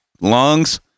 lungs